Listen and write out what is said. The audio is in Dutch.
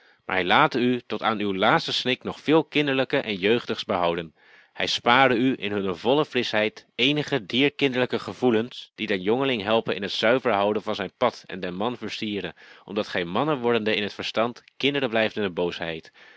hij late u tot aan uw laatsten snik nog veel kinderlijke en jeugdigs behouden hij spare u in hunne volle frischheid eenige dier kinderlijke gevoelens die den jongeling helpen in het zuiver houden van zijn pad en den man versieren opdat gij mannen wordende in het verstand kinderen blijft in de boosheid